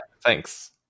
thanks